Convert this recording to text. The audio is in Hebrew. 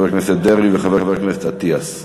חבר הכנסת דרעי וחבר הכנסת אטיאס.